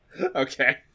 Okay